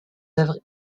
œuvres